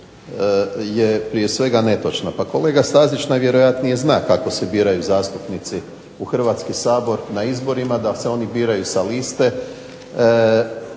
je prije svega netočna. Pa kolega Stazić najvjerojatnije zna kako se biraju zastupnici u Hrvatski sabor na izborima, da se oni biraju sa liste